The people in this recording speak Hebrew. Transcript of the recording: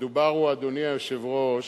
המדובר הוא, אדוני היושב-ראש,